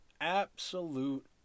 Absolute